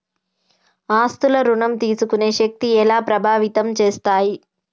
ఆస్తుల ఋణం తీసుకునే శక్తి ఎలా ప్రభావితం చేస్తాయి?